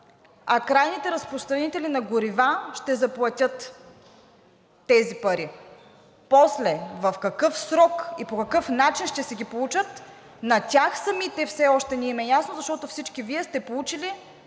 а крайните разпространители на горива ще заплатят тези пари, а после в какъв срок и по какъв начин ще си ги получат, и на тях самите все още не им е ясно, защото всички Вие сте получили